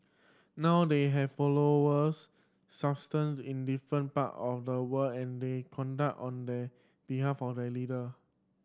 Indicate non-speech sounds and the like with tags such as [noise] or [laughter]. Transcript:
now they have followers [unintelligible] in different part of the world and they conduct on the behalf of their leader